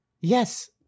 Yes